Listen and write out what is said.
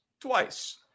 twice